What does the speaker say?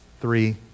Three